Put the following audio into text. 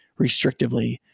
restrictively